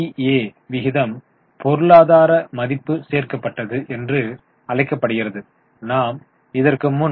ஏ விகிதம் பொருளாதார மதிப்பு சேர்க்கப்பட்டது என்று அழைக்கப்படுகிறது நாம் இதற்கு முன் ஈ